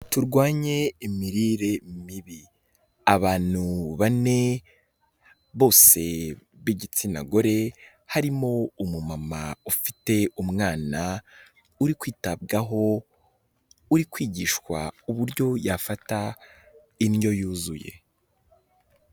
Turwanye imirire mibi abantu bane bose b'igitsina gore, harimo umumama ufite umwana uri kwitabwaho uri kwigishwa uburyo yafata indyo yuzuye.